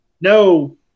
No